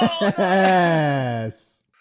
Yes